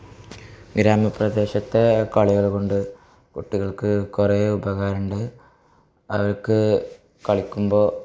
ഗ്രാമ പ്രദേശത്തെ കളികൾ കൊണ്ട് കുട്ടികൾക്ക് കുറെ ഉപകാരമുണ്ട് അവർക്ക് കളിക്കുമ്പോള്